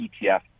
ETF